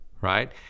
right